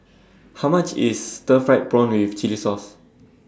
How much IS Stir Fried Prawn with Chili Sauce